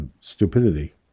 stupidity